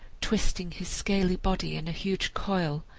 twisting his scaly body in a huge coil,